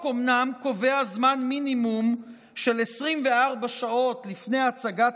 החוק אומנם קובע זמן מינימום של 24 שעות לפני הצגת